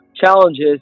challenges